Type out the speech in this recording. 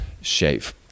Shave